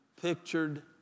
pictured